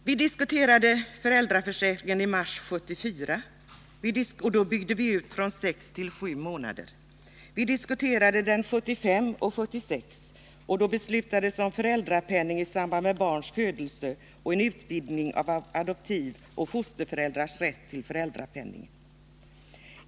Vi diskuterade föräldraförsäkringen i mars 1974, och då byggde vi ut den från sex till sju månader. Vi diskuterade den också 1975 och 1976, då det beslutades om föräldrapenning i samband med barns födelse och om en utvidgning av adoptivoch fosterföräldrars rätt till föräldrapenning.